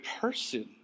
person